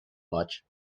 much